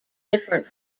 different